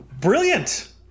brilliant